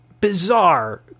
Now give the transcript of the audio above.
bizarre